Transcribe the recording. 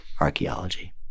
archaeology